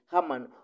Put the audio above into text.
Haman